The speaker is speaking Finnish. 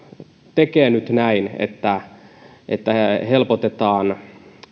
tekee nyt näin että että helpotetaan